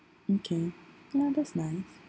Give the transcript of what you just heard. okay no that's nice